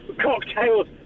Cocktails